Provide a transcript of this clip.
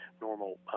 normal